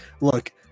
Look